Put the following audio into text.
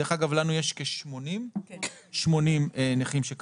דרך אגב לנו יש כ-80 נכים שכאלה,